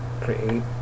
create